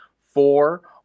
four